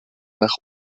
nach